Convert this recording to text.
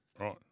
Right